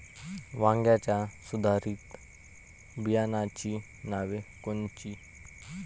वांग्याच्या सुधारित बियाणांची नावे कोनची?